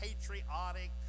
patriotic